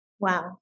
Wow